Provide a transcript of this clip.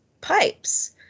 pipes